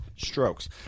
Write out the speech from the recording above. Strokes